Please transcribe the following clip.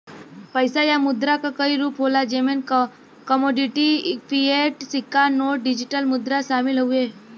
पइसा या मुद्रा क कई रूप होला जेमन कमोडिटी, फ़िएट, सिक्का नोट, डिजिटल मुद्रा शामिल हउवे